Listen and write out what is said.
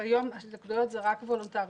כיום ההתנגדויות זה רק וולונטרי,